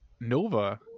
nova